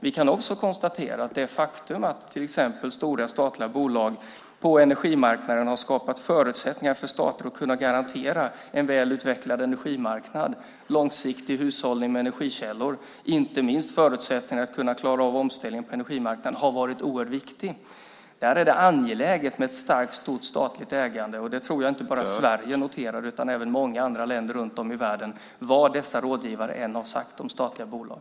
Jag kan också konstatera att det faktum att till exempel stora statliga bolag på energimarknaden har skapat förutsättningar för stater att garantera en väl utvecklad energimarknad, långsiktig hushållning med energikällor, inte minst förutsättningen att klara av omställningen på energimarknaden, har varit oerhört viktigt. Där är det angeläget med ett starkt, stort statligt ägande. Jag tror att inte bara Sverige noterar det utan även många andra länder runt om i världen, vad dessa rådgivare än har sagt om statliga bolag.